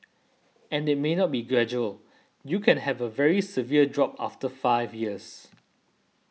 and it may not be gradual you can have a very severe drop over the five years